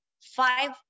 five